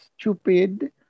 stupid